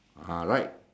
ah right